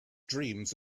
dreams